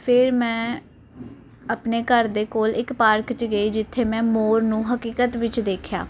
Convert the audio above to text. ਫਿਰ ਮੈਂ ਆਪਣੇ ਘਰ ਦੇ ਕੋਲ ਇੱਕ ਪਾਰਕ ਚ ਗਈ ਜਿੱਥੇ ਮੈਂ ਮੋਰ ਨੂੰ ਹਕੀਕਤ ਵਿੱਚ ਦੇਖਿਆ